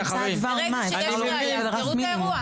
שיש ראייה תסגרו את האירוע.